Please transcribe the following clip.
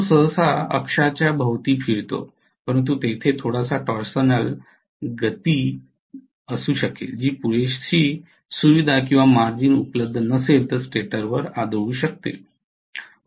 तो सहसा अक्षाच्या भोवती फिरतो परंतु तेथे थोडासा टॉरशनल गती असू शकेल जी पुरेशी सुविधा किंवा मार्जिन उपलब्ध नसेल तर स्टेटरवर आदळू शकते